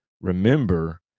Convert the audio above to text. remember